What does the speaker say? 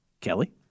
Kelly